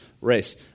race